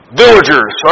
villagers